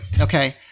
Okay